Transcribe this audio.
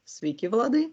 sveiki vladai